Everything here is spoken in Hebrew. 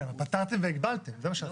כן, פתרתם והגבלתם, זה מה שעשיתם.